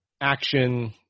action